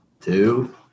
two